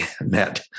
met